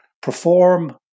perform